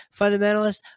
fundamentalist